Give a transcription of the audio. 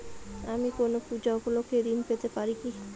আমি কোনো পূজা উপলক্ষ্যে ঋন পেতে পারি কি?